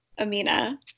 Amina